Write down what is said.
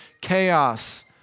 chaos